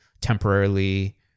temporarily